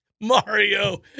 Mario